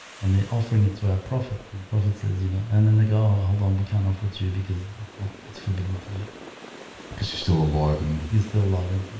and they offering it to our prophet and the prophet says, you know and then they go ah hold on we can't offer to you because it's it's forbidden for you because she's still a lord and you still love it.